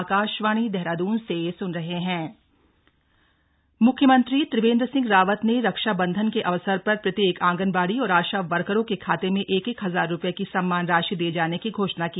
anganwadi worker मुख्यमंत्री त्रिवेन्द्र सिंह रावत ने रक्षा बन्धन के अवसर पर प्रत्येक आंगनबाड़ी और आशा वर्करों के खाते में एक एक हजार रूपए की सम्मान राशि दिये जाने की घोषणा की